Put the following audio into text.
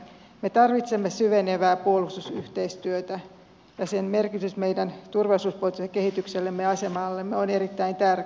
me tarvitsemme syvenevää puolustusyhteistyötä ja sen merkitys meidän turvallisuuspoliittiselle kehityksellemme ja asemallemme on erittäin tärkeä